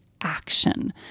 action